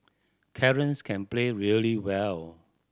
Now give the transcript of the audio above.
Clarence can play really well